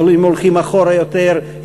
או אם הולכים אחורה יותר,